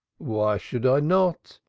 why should i not?